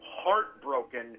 heartbroken